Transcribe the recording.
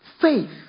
Faith